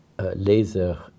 laser